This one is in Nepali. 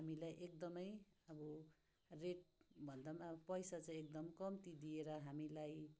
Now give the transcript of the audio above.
हामीलाई एकदमै अब रेट भन्दा पनि पैसा चाहिँ एकदम कम्ती दिएर हामीलाई